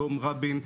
יום רבין,